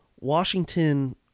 Washington